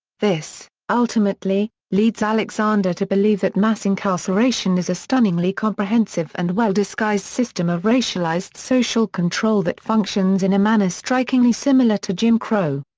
this, ultimately, leads alexander to believe that mass incarceration is a stunningly comprehensive and well-disguised system of racialized social control that functions in a manner strikingly similar to jim crow.